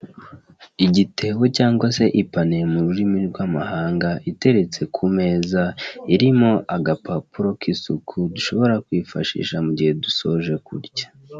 Igitebo cyangwa se ipaniye mu rurimi rw'amahanga, iteretse ku meza irimo agapapuro k'isuku dushobora kwifashisha mugihe dusoje kurya.